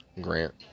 Grant